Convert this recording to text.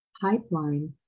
pipeline